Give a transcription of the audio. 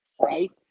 right